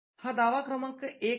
हा दावा क्रमांक १ आहे